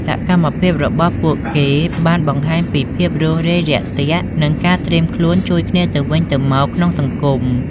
សកម្មភាពរបស់ពួកគេបានបង្ហាញពីភាពរួសរាយរាក់ទាក់និងការត្រៀមខ្លួនជួយគ្នាទៅវិញទៅមកក្នុងសង្គម។